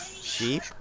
Sheep